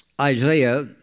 Isaiah